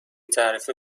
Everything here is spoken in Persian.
تعرفه